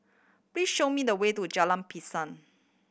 please show me the way to Jalan Pisang